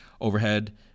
Overhead